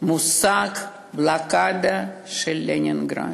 המושג "בלוקדה" על לנינגרד,